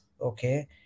okay